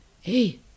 Hey